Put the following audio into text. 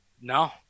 No